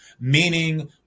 meaning